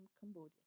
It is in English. Cambodia